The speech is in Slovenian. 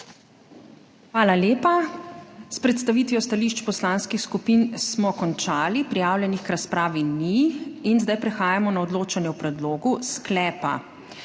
Hvala lepa. S predstavitvijo stališč poslanskih skupin smo končali. Prijavljenih k razpravi ni. Prehajamo na odločanje o predlogu sklepa.